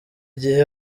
gihe